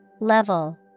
Level